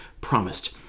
promised